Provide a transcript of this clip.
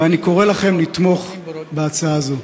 ואני קורא לכם לתמוך בהצעה הזו.